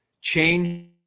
change